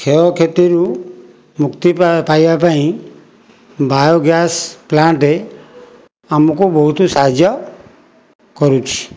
କ୍ଷୟକ୍ଷତିରୁ ମୁକ୍ତି ପାଇବା ପାଇଁ ବାୟୋ ଗ୍ୟାସ୍ ପ୍ଲାଣ୍ଟ ଆମକୁ ବହୁତ ସାହାଯ୍ୟ କରୁଛି